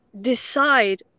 decide